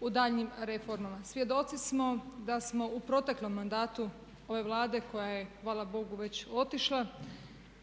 u daljnjim reformama. Svjedoci smo da smo u proteklom mandatu ove Vlade koja je hvala Bogu već otišla